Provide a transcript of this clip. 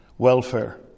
welfare